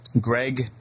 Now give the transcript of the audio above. Greg